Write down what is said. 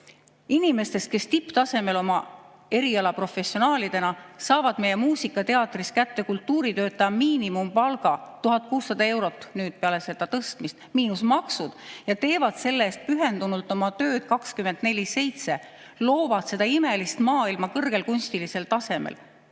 Inimestest, kes tipptasemel oma eriala professionaalidena saavad meie muusikateatris kätte kultuuritöötaja miinimumpalga 1600 eurot – nüüd, peale seda tõstmist – miinus maksud, ja teevad selle eest pühendunult oma tööd 24/7, loovad seda imelist maailma kõrgel kunstilisel tasemel!